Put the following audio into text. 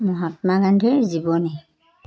মহাত্মা গান্ধীৰ জীৱনী